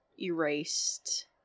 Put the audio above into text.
erased